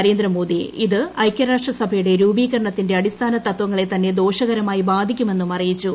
നരേന്ദ്രമോദി ഇത് ഐകൃരാഷ്ട്ര സഭയുടെ രൂപീകരണത്തിന്റെ അടിസ്ഥാന ത്വങ്ങളെ തന്നെ ദോഷകരമായി ബാധിക്കുമെന്നും അറിയിച്ചു